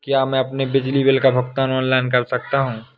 क्या मैं अपने बिजली बिल का भुगतान ऑनलाइन कर सकता हूँ?